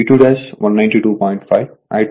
కాబట్టి V2192